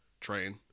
train